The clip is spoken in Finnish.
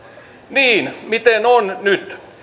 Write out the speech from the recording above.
niin miten on nyt